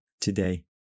today